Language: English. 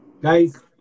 Guys